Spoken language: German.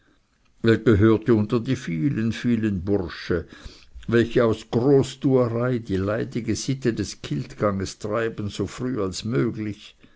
er gehörte unter die vielen vielen bursche welche aus großtuerei die leidige sitte des kiltganges treiben so früh möglich